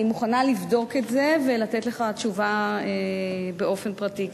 אני מוכנה לבדוק את זה ולתת לך תשובה באופן פרטי,